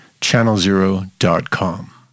ChannelZero.com